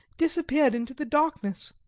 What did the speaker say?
disappeared into the darkness.